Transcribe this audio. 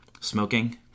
Smoking